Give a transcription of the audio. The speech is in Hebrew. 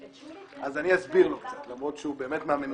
אז אני אסביר לו קצת למרות שהוא באמת מהמנוסים